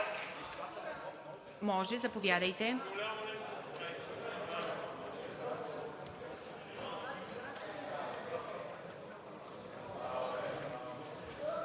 Добре, заповядайте.